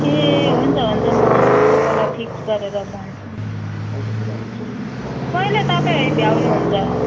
ए हुन्छ हुन्छ म तपाईँलाई फिक्स गरेर भन्छु नि कहिले तपाईँ भ्याउनुहुन्छ